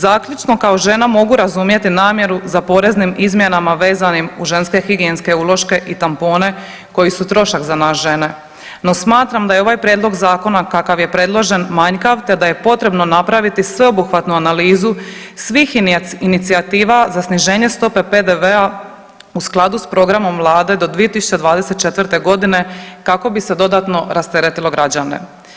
Zaključno, kao žena mogu razumjeti namjeru za poreznim izmjenama vezanim uz ženske higijenske uloške i tampone koji su trošak za nas žene, no smatram da je ovaj Prijedlog zakona kakav je predložen manjkav te da je potrebno napraviti sveobuhvatnu analizu svih inicijativa za sniženje stope PDV-a u skladu s programom Vlade do 2024. g. kako bi se dodatno rasteretilo građane.